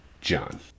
John